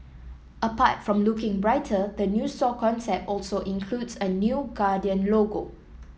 apart from looking brighter the new store concept also includes a new Guardian logo